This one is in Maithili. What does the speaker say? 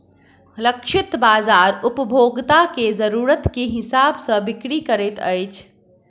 लक्षित बाजार उपभोक्ता के जरुरत के हिसाब सॅ बिक्री करैत अछि